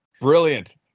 Brilliant